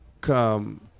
come